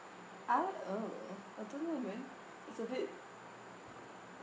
I oh I don't know man it's a bit